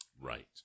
right